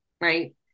right